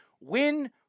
Win